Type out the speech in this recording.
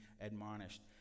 admonished